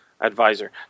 advisor